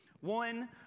One